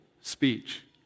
speech